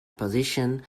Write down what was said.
position